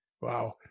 Wow